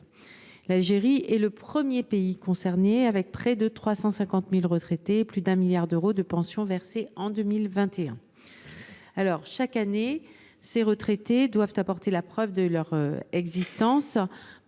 L’Algérie est le premier pays concerné, avec près de 350 000 retraités et plus de 1 milliard d’euros de pensions versés en 2021. Chaque année, les intéressés doivent apporter la preuve de leur existence